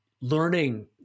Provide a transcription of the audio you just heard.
learning